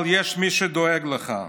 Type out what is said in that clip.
אבל יש מי שדואג לך,